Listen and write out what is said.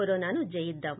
కరోనాను జయిద్దాం